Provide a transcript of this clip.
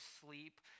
sleep